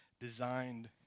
designed